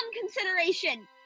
consideration